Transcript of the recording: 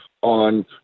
on